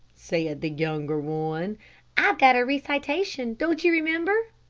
said the younger one i've got a recitation, don't you remember?